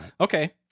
okay